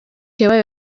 yabaye